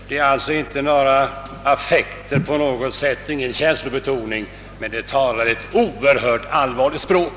Det är inga affekter, ingen känslobetoning, men det talar ett oerhört allvarligt språk.